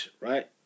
right